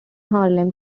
harlem